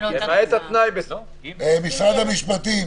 משרד המשפטים,